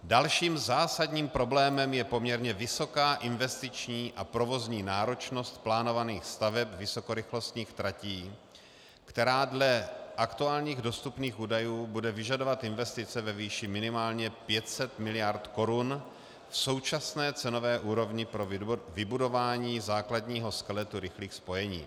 Dalším zásadním problémem je poměrně vysoká investiční a provozní náročnost plánovaných staveb vysokorychlostních tratí, která dle aktuálních dostupných údajů bude vyžadovat investice ve výši minimálně 500 mld. korun v současné cenové úrovni pro vybudování základního skeletu rychlých spojení.